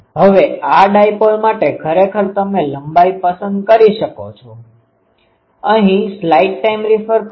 હવે આ ડાયપોલ માટે ખરેખર તમે લંબાઈ પસંદ કરી શકો છો